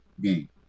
game